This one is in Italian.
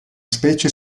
specie